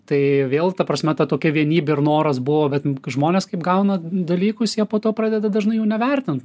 tai vėl ta prasme ta tokia vienybė ir noras buvo bet žmonės kaip gauna dalykus jie po to pradeda dažnai jų nevertint